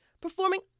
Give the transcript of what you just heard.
performing